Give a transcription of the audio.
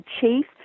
chief